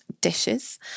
dishes